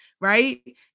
right